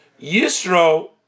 Yisro